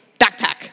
backpack